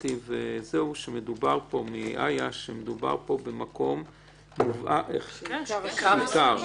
שמעתי מאיה שמדובר פה במקום מובהק ועיקר.